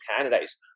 candidates